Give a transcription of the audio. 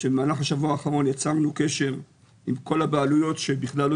שבמהלך השבוע האחרון יצרנו קשר עם כל הבעלויות שבכלל לא